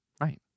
Right